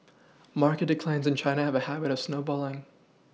market declines in China have a habit of snowballing